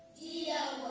yeah,